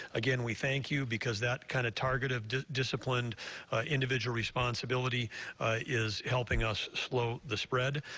again, we thank you because that kind of targeted discipline individual responsibility is helping us slow the spread,